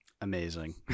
amazing